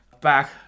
Back